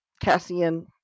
Cassian